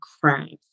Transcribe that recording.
craft